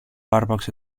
άρπαξε